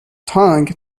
tongue